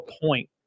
point